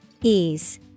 Ease